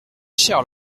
chère